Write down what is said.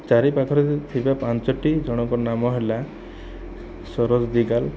ଚାରିପାଖରେ ଥିବା ପାଞ୍ଚଟି ଜଣଙ୍କ ନାମ ହେଲା ସରୋଜ ଦିଗାଲ